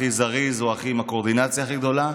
הכי זריז או עם הקואורדינציה הכי גדולה,